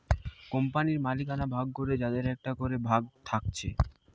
কোম্পানির মালিকানা ভাগ করে যাদের একটা করে ভাগ থাকছে